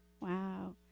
Wow